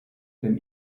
dem